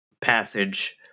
passage